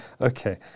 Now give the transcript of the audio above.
Okay